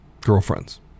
girlfriends